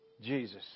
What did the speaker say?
Jesus